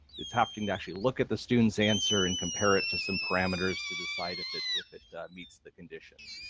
it's happening to actually look at the students answer and compare it to some parameters to decide if it if it meets the conditions.